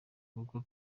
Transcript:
kuko